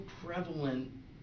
prevalent